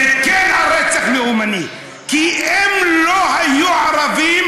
זה כן רצח לאומני, כי אם הם לא היו ערבים,